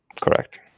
Correct